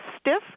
stiff